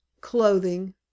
clothing